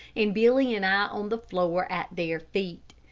and billy and i on the floor at their feet.